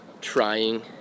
trying